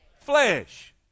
flesh